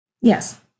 Yes